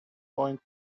point